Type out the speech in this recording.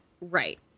Right